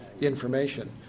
information